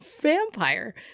vampire